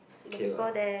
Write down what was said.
kay lah